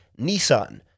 Nissan